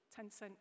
Tencent